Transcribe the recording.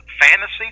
fantasy